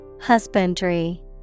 Husbandry